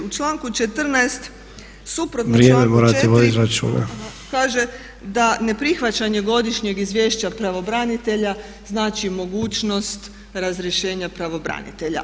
U članku 14. suprotno članku 4. kaže da ne prihvaćanje godišnjeg izvješća pravobranitelja znači mogućnost razrješenja pravobranitelja.